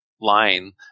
line